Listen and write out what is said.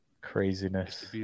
craziness